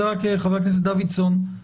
חבר הכנסת דוידסון,